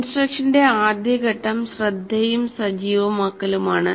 ഇൻസ്ട്രക്ഷന്റെ ആദ്യ ഘട്ടം ശ്രദ്ധയും സജീവമാക്കലുമാണ്